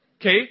Okay